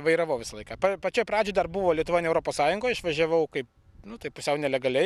vairavau visą laiką pa pačioj pradžioj dar buvo lietuva ne europos sąjungoj išvažiavau kaip nu tai pusiau nelegaliai